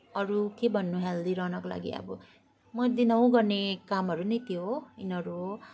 अरू के भन्नु हेल्दी रहनको लागि अब म दिनहुँ गर्ने कामहरू नै त्यो हो यिनीहरू हो